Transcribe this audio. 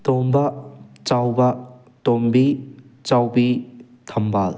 ꯇꯣꯝꯕ ꯆꯥꯎꯕ ꯇꯣꯝꯕꯤ ꯆꯥꯎꯕꯤ ꯊꯝꯕꯥꯜ